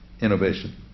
innovation